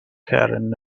karen